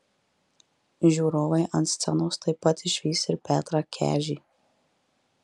žiūrovai ant scenos taip pat išvys ir petrą kežį